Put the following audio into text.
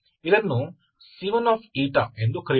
ಇದನ್ನು C1 ಎಂದು ಕರೆಯೋಣ